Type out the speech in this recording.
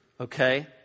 okay